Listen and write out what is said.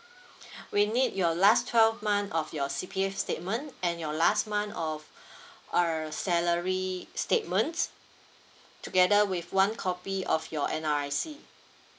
we need your last twelve month of your C_P_F statement and your last month of err salary statement together with one copy of your N_R_I_C